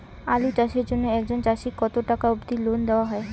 আলু চাষের জন্য একজন চাষীক কতো টাকা অব্দি লোন দেওয়া হয়?